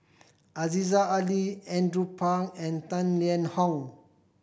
Aziza Ali Andrew Phang and Tang Liang Hong